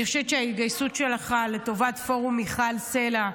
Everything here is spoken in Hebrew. אני חושבת שההתגייסות שלך לטובת פורום מיכל סלה,